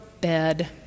bed